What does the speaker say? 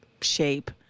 shape